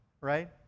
right